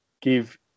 give